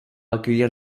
accueillir